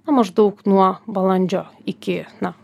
na maždaug nuo balandžio iki na